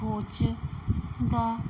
ਖੋਜ ਦਾ